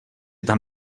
tam